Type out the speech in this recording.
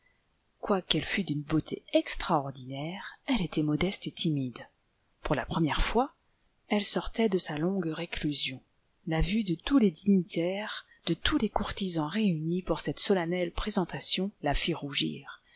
quoiqu'elle fût d'une beauté extraordinaire elle était modeste et timide pour la première fois elle sortait de sa longue réclusion la vue de tous les dignitaires de tous les courtisans réunis pour cette solennelle présentation la fit rougir